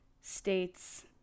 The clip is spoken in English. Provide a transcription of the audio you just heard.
states